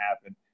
happen